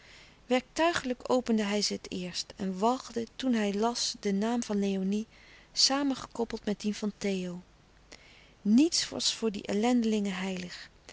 werktuigelijk opende hij ze het eerst en walgde toen hij las den naam van léonie samengekoppeld met dien van theo niets was voor die ellendelingen heilig